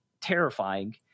terrifying